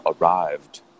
arrived